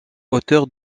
auteur